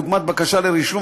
דוגמת בקשה לרישום,